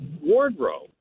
wardrobe